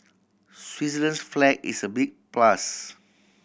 Switzerland's flag is a big plus